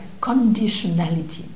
conditionality